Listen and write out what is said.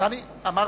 לאט